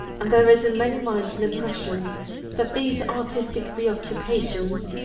and there is in many minds an impression that these artistic pre-occupations,